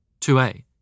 2A